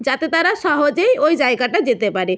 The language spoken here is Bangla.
যাতে তারা সহজেই ওই জায়গাটায় যেতে পারে